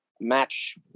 match